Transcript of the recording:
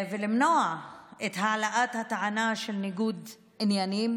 למנוע את העלאת הטענה של ניגוד עניינים